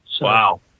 Wow